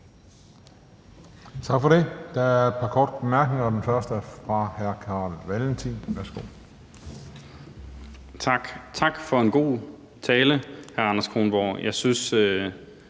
Tak for det. Der er et par korte bemærkninger, og den første er fra hr. Carl Valentin. Værsgo. Kl. 14:09 Carl Valentin (SF): Tak, og tak for en god tale, hr. Anders Kronborg. Jeg synes,